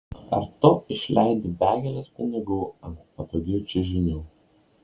ar tu išleidi begales pinigų ant patogių čiužinių